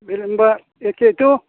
बे होनबा एखेथ'